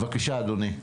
בבקשה אדוני.